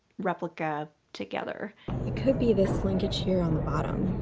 replica together it could be this linkage here on the bottom